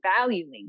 valuing